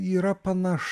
yra panaš